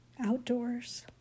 outdoors